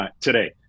today